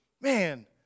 man